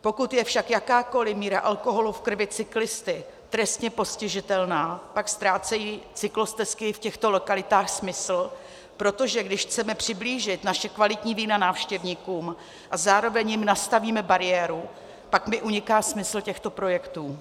Pokud je však jakákoliv míra alkoholu v krvi cyklisty trestně postižitelná, pak ztrácejí cyklostezky v těchto lokalitách smysl, protože když chceme přiblížit naše kvalitní vína návštěvníkům a zároveň jim nastavíme bariéru, pak mi uniká smysl těchto projektů.